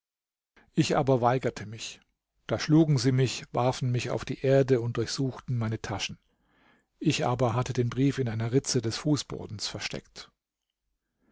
ich aber weigerte mich da schlugen sie mich warfen mich auf die erde und durchsuchten meine taschen ich aber hatte den brief in einer ritze des fußbodens versteckt